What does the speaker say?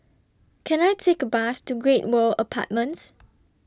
Can I Take A Bus to Great World Apartments